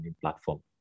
platform